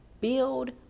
Build